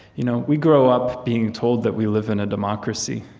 you know we grow up being told that we live in a democracy,